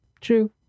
True